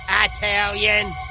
Italian